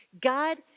God